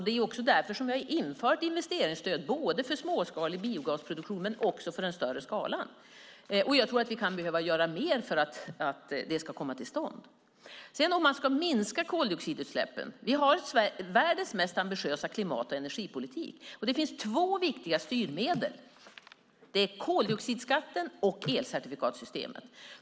Det är också därför som vi har infört investeringsstöd både för småskalig biogasproduktion och för biogasproduktion i större skala. Jag tror att vi kan behöva göra mer för att det ska komma till stånd. Sedan var det frågan om att minska koldioxidutsläppen. Vi har världens mest ambitiösa klimat och energipolitik. Det finns två viktiga styrmedel. Det är koldioxidskatten och elcertifikatssystemen.